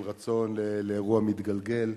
על רצון לאירוע מתגלגל,